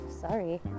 sorry